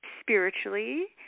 spiritually